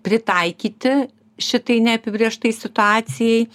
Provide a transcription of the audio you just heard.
pritaikyti šitai neapibrėžtai situacijai